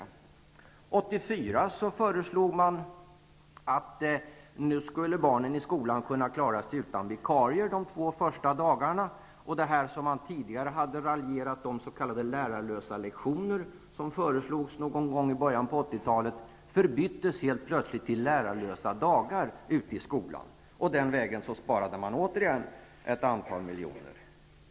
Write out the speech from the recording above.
År 1984 föreslog man att barnen i skolan skulle klara sig utan vikarier under de två första dagarna. Någon gång i början av 80-talet kom förslaget om lärarlösa lektioner. Detta förslag som man raljerat så mycket om förbyttes helt plötsligt till lärarlösa dagar. Den vägen sparade man återigen in ganska många miljoner.